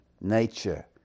nature